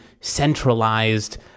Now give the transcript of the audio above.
centralized